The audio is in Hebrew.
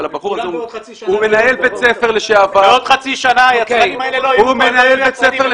אבל הבחור הזה הוא מנהל בית ספר לשעבר והייתי רוצה